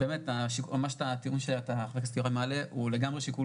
כמו שאמרנו, זה הגיע לדיון